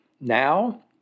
Now